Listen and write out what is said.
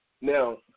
Now